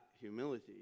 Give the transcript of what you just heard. humility